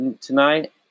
tonight